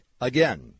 Again